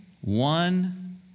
one